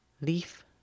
leaf